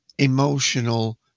emotional